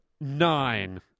nine